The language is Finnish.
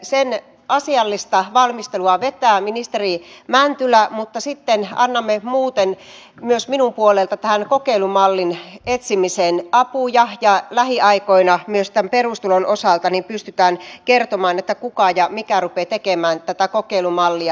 sen asiallista valmistelua vetää ministeri mäntylä mutta sitten annamme muuten myös minun puoleltani tähän kokeilumallin etsimiseen apuja ja lähiaikoina myös tämän perustulon osalta pystytään kertomaan kuka ja mikä rupeaa tekemään tätä kokeilumallia